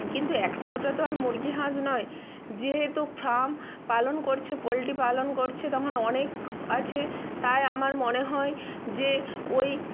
কিন্তু একটা দুটা তো আর মুরগি হাঁস নয় যেহেতু ফার্ম পালন করছে পোল্ট্রি পালন করছে তখন অনেক আছে তাই আমার মনে হয় যে ওই